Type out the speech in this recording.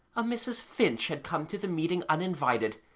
a mrs. finch had come to the meeting uninvited,